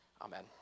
Amen